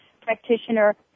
practitioner